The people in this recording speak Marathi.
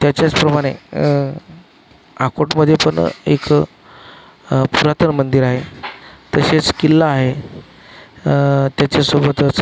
त्याच्याचप्रमाणे अकोटमध्ये पण एक पुरातन मंदिर आहे तसेच किल्ला आहे त्याच्यासोबतच